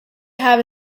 have